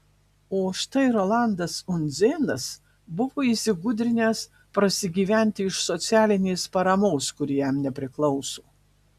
o štai rolandas undzėnas buvo įsigudrinęs prasigyventi iš socialinės paramos kuri jam nepriklauso